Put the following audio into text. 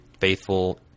faithful